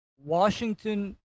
Washington